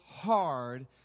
hard